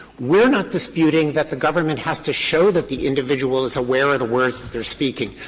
we're not disputing that the government has to show that the individual is aware of the words that they're speaking.